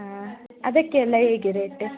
ಹಾಂ ಅದಕ್ಕೆಲ್ಲ ಹೇಗೆ ರೇಟ್